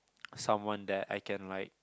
someone that I can like